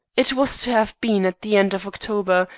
it was to have been at the end of october,